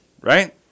right